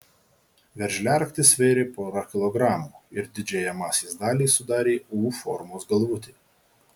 veržliaraktis svėrė porą kilogramų ir didžiąją masės dalį sudarė u formos galvutė